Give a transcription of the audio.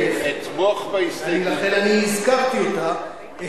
אני אתמוך בהסתייגות הזאת.